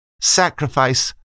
sacrifice